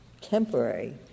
temporary